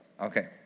Okay